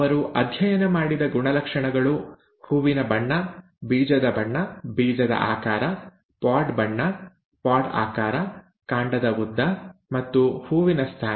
ಅವರು ಅಧ್ಯಯನ ಮಾಡಿದ ಗುಣಲಕ್ಷಣಗಳು ಹೂವಿನ ಬಣ್ಣ ಬೀಜದ ಬಣ್ಣ ಬೀಜದ ಆಕಾರ ಪಾಡ್ ಬಣ್ಣ ಪಾಡ್ ಆಕಾರ ಕಾಂಡದ ಉದ್ದ ಮತ್ತು ಹೂವಿನ ಸ್ಥಾನ